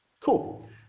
Cool